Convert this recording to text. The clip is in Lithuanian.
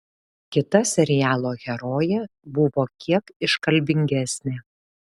kita serialo herojė buvo kiek iškalbingesnė